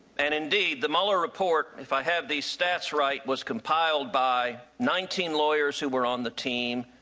and indeed, the mueller report, if i have these stats right, was compiled by nineteen lawyers who were on the team,